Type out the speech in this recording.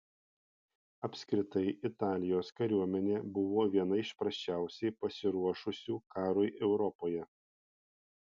apskritai italijos kariuomenė buvo viena iš prasčiausiai pasiruošusių karui europoje